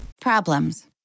Problems